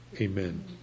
Amen